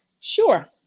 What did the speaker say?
Sure